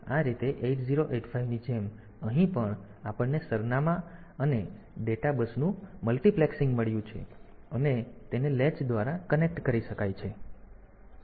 તેથી આ રીતે 8085 ની જેમ અહીં પણ આપણને સરનામાં અને ડેટા બસનું મલ્ટિપ્લેક્સિંગ મળ્યું છે અને તેને લેચ દ્વારા કનેક્ટ કરી શકાય છે